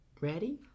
Ready